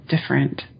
different